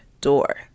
door